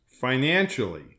financially